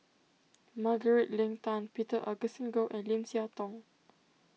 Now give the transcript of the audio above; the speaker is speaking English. Margaret Leng Tan Peter Augustine Goh and Lim Siah Tong